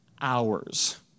hours